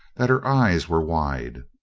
that her eyes were wide,